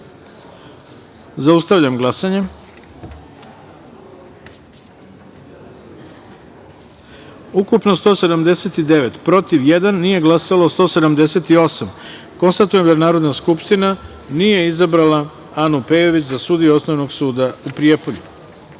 taster. Zaustavljam glasanje: ukupno – 179, protiv – jedan, nije glasalo – 178.Konstatujem da Narodna skupština nije izabrala Anu Pejović za sudiju Osnovnog suda u Prijepolju.11.